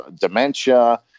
dementia